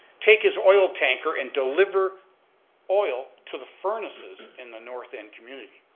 take his oil tanker and deliver oil to the furnaces in the north end community.